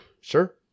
sure